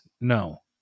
No